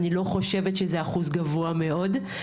אני לא חושבת שזה אחוז גבוה מאוד.